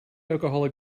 alcoholic